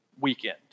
weekend